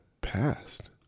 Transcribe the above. past